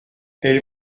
elle